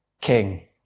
king